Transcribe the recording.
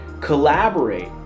Collaborate